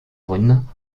brune